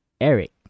Eric